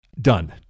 done